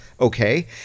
okay